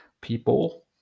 people